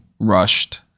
rushed